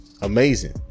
amazing